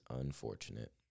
unfortunate